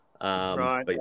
right